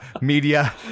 media